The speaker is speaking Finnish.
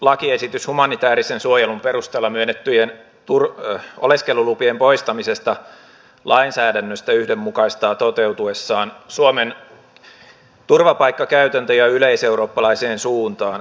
lakiesitys humanitäärisen suojelun perusteella myönnettyjen oleskelulupien poistamisesta lainsäädännöstä yhdenmukaistaa toteutuessaan suomen turvapaikkakäytäntöjä yleiseurooppalaiseen suuntaan